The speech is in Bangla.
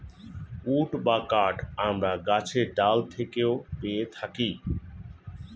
উড বা কাঠ আমরা গাছের ডাল থেকেও পেয়ে থাকি